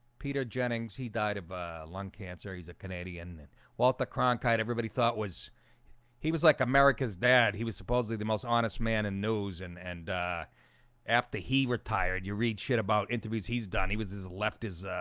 peter jennings, he died of lung cancer. he's a canadian and walter cronkite everybody thought was he was like america's dad he was supposedly the most honest man and news and and after he retired you read shit about interviews, he's done he was left is ah,